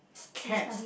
can